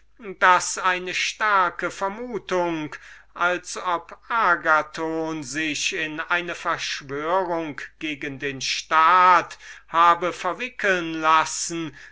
daß eine starke vermutung als ob agathon sich in eine konspiration gegen ihn habe verwickeln lassen